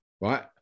Right